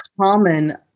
common